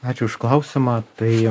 ačiū už klausimą tai